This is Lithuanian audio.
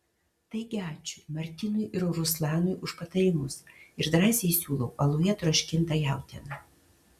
taigi ačiū martynui ir ruslanui už patarimus ir drąsiai siūlau aluje troškintą jautieną